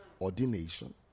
ordination